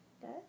Good